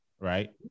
right